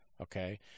okay